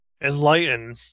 Enlighten